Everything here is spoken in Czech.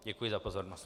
Děkuji za pozornost.